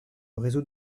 réseau